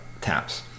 taps